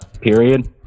period